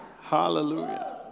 Hallelujah